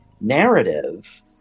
narrative